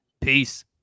Peace